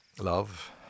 love